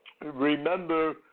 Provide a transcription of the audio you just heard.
Remember